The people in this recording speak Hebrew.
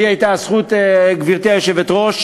לי הייתה זכות, גברתי היושבת-ראש,